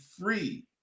free